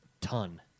Ton